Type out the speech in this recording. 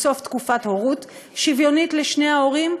מסוף תקופת הורות שוויונית לשני ההורים,